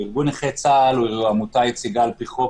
ארגון נכי צה"ל הוא עמותה יציגה על פי חוק,